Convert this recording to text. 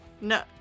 No